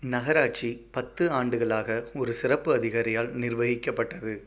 நகராட்சி பத்து ஆண்டுகளாக ஒரு சிறப்பு அதிகாரியால் நிர்வகிக்கப்பட்டது